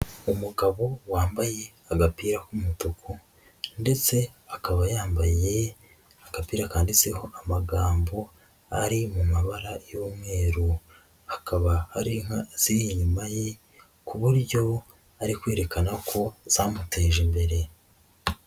Umugabo wambaye agapira k'umutuku ndetse akaba yambaye agapira kanditseho amagambo ari mu mabara y'umweru hakaba hari inka vziri inyuma ye ku buryo ari kwerekana ko zamuteje imbere.